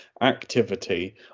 activity